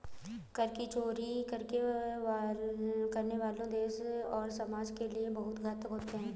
कर की चोरी करने वाले देश और समाज के लिए बहुत घातक होते हैं